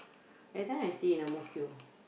and then I stay in Ang-Mo-Kio